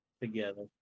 together